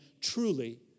Truly